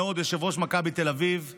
אגב, דוכן פלאפל זה מאוד קשה לנהל.